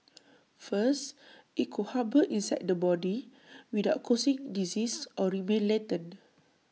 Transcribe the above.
first IT could harbour inside the body without causing disease or remain latent